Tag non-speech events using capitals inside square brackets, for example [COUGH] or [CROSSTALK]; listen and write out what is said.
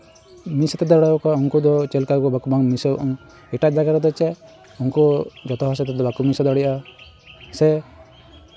[UNINTELLIGIBLE] ᱩᱱᱠᱩ ᱫᱚ ᱪᱮᱫ ᱞᱮᱠᱟ ᱵᱟᱝ [UNINTELLIGIBLE] ᱮᱴᱟᱜ ᱡᱟᱭᱜᱟ ᱨᱮᱫᱚ ᱪᱮᱫ ᱩᱱᱠᱩ ᱡᱚᱛᱚ ᱦᱚᱲ ᱥᱟᱛᱮᱜ ᱫᱚ ᱵᱟᱠᱚ ᱢᱮᱥᱟ ᱫᱟᱲᱮᱭᱟᱜᱼᱟ ᱥᱮ